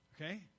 Okay